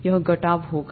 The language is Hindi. यह घटाव होगा